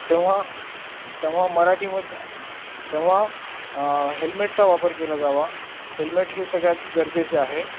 तेव्हा तेव्हा मराठीमध्ये तेव्हा हेल्मेटचा वापर केला जावा हेल्मेट हे सगळ्यात गरजेचे आहे